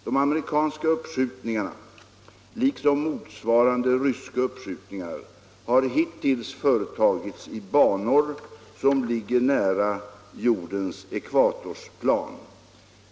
De amerikanska uppskjutningarna — liksom motsvarande ryska uppskjutningar — har hittills företagits i banor som ligger nära jordens ekvatorsplan.